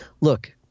Look